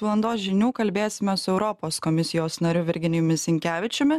valandos žinių kalbėsime su europos komisijos nariu virginijumi sinkevičiumi